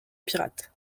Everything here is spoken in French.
pirate